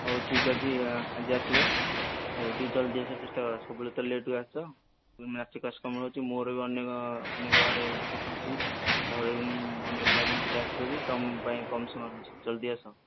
ହେଉ ଠିକ୍ ଅଛି ଆଜି ଆସିବ ଆଉ ଟିକିଏ ଜଲ୍ଦି ଆସିବାକୁ ଚେଷ୍ଟା କର ସବୁବେଳେ ତ ଲେଟ୍କୁ ଆସୁଛ ତୁମ ନାଚ କ୍ଳାସ୍ ତମର ଅଛି ମୋର ବି ଅନେକ ଅନେକ ଆଡ଼େ ତା'ପରେ ମୁଁ ଅନ୍ୟ ପିଲାଙ୍କୁ ବି ଡ୍ୟାନ୍ସ ଶିଖାଉଛି ତୁମ ପାଇଁ କମ୍ ସମୟ ରହୁଛି ଜଲ୍ଦି ଆସ